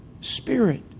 Spirit